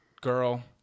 girl